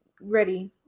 ready